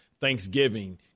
Thanksgiving